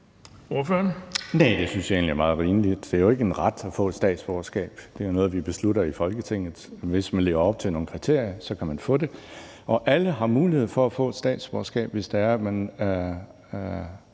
det synes jeg egentlig er meget rimeligt. Det er jo ikke en ret at få et statsborgerskab, det er noget, vi beslutter i Folketinget. Hvis man lever op til nogle kriterier, kan man få det, og alle har mulighed for at få et statsborgerskab, hvis man